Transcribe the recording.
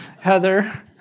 Heather